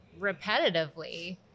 repetitively